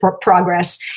progress